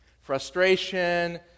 Frustration